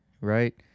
right